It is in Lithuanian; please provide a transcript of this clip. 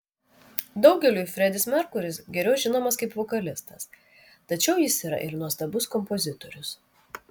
daugeliui fredis merkuris geriau žinomas kaip vokalistas tačiau jis yra ir nuostabus kompozitorius